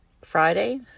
Friday